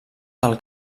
del